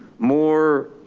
more